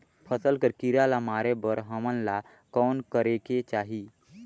फसल कर कीरा ला मारे बर हमन ला कौन करेके चाही?